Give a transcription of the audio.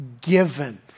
given